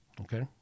okay